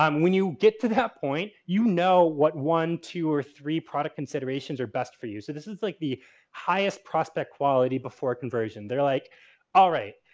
um when you get to that point, you know what one, two, or three product considerations are best for you. so, this is like the highest prospect quality before conversion. they're like alright,